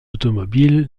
automobile